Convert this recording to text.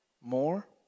More